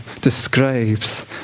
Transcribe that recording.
describes